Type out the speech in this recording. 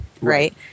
right